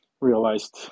realized